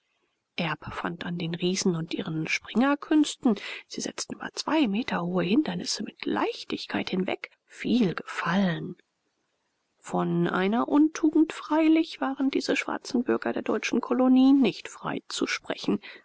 erb fand an den riesen und ihren springerkünsten sie setzten über zwei meter hohe hindernisse mit leichtigkeit hinweg viel gefallen von einer untugend freilich waren diese schwarzen bürger der deutschen kolonie nicht freizusprechen